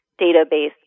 database